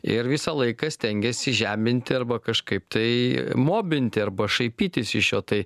ir visą laiką stengiasi žeminti arba kažkaip tai mobinti arba šaipytis iš jo tai